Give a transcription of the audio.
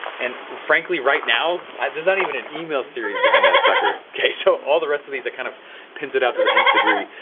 and frankly right now, there's not even an email series behind that sucker. okay, so all the rest of these kind of pins it out to the nth degree.